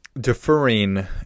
deferring